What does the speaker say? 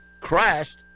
crashed